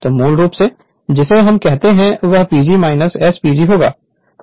तो मूल रूप से जिसे हम कहते हैं वह PG S PG होगा